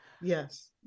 Yes